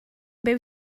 byw